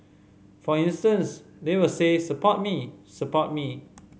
for instance they will say support me support me